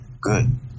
good